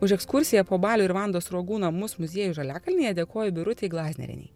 už ekskursiją po balio ir vandos sruogų namus muziejų žaliakalnyje dėkoju birutei glaznerienei